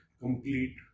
complete